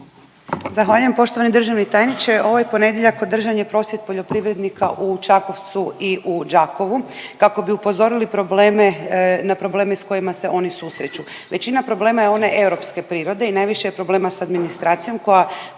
Zahvaljujem. Poštovani državni tajniče ovaj ponedjeljak održan je prosvjed poljoprivrednika u Čakovcu i u Đakovu kako bi upozorili probleme, na probleme s kojima se oni susreću. Većina problema je one europske prirode i najviše je problema s administracijom koja,